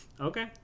Okay